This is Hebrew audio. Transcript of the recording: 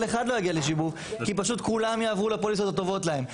אחד לא יגיע לשיבוב כי פשוט כולם יעברו לפוליסות הטובות להם.